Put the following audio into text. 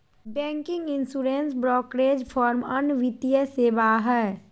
banking, insurance, brokerage firm अन्य वित्तीय सेवा हय